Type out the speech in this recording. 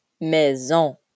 maison